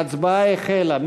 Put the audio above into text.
ההצבעה החלה.